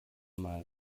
mal